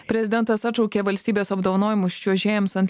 prezidentas atšaukė valstybės apdovanojimus čiuožėjams ant